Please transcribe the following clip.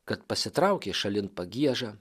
kad pasitraukė šalin pagieža